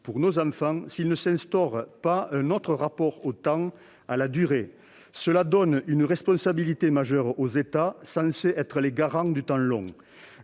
pour nos enfants si nous n'instaurons pas un autre rapport au temps, à la durée. Cela donne une responsabilité majeure aux États, censés être les garants du temps long.